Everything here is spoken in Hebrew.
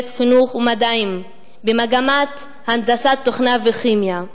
בית חינוך ומדעים במגמת הנדסת תוכנה וכימיה.